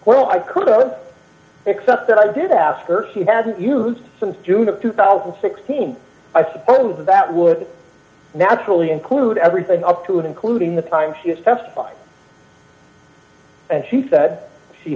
well i could except that i did ask her she hadn't used since june of two thousand and sixteen i suppose that would naturally include everything up to and including the time she was testifying and she said she